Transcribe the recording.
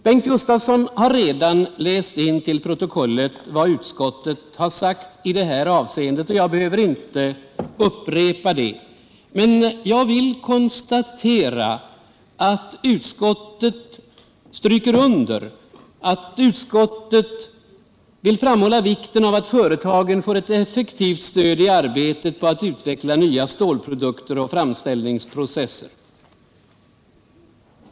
Bengt Gustavsson har redan läst in till protokollet vad utskottet har sagt i detta avseende, och jag behöver inte upprepa det. Men jag vill konstatera att utskottet framhåller vikten av att företagen får ett effektivt stöd i arbetet på att utveckla nya stålprodukter och framställningsprocesser.